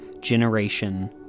generation